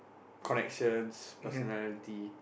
corrections personality